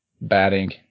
batting